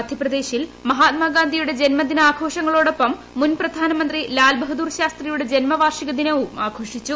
മധ്യപ്രദേശിൽ മഹാത്മാഗാന്ധിയുടെ ജന്മദിനാഘോഷങ്ങളോടൊപ്പം മുൻ പ്രധാനമന്ത്രി ലാർബഹാദൂർ ശാസ്ത്രിയുടെ ജന്മവാർഷിക ദിനവും ആഘോഷിച്ചു